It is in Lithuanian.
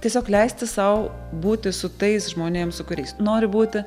tiesiog leisti sau būti su tais žmonėm su kuriais nori būti